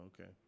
Okay